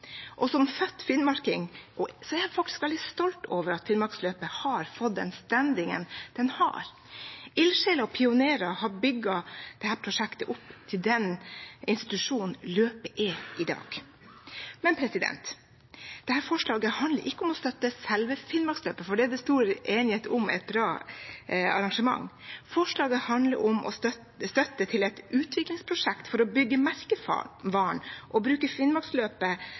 Som født finnmarking er jeg faktisk veldig stolt over at Finnmarksløpet har fått den «standingen» det har. Ildsjeler og pionerer har bygget dette prosjektet opp til den institusjonen løpet er i dag. Men dette forslaget handler ikke om å støtte selve Finnmarksløpet, for det er det stor enighet om er et bra arrangement. Forslaget handler om å gi støtte til et utviklingsprosjekt for å bygge merkevaren og bruke Finnmarksløpet